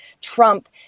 Trump